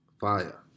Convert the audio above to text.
Fire